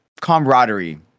camaraderie